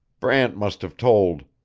brant must have told.